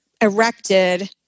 erected